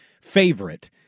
favorite